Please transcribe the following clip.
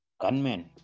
gunmen